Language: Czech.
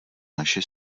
naši